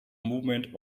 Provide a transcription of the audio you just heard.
movement